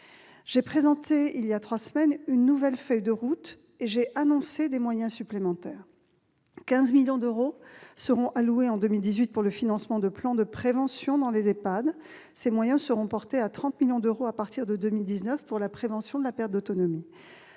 J'ai présenté voilà trois semaines une nouvelle feuille de route et annoncé des moyens supplémentaires. Ainsi, 15 millions d'euros seront alloués en 2018 au financement de plans de prévention en EHPAD. Ces moyens seront portés à 30 millions d'euros à partir de 2019 pour la prévention de perte d'autonomie.